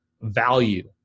value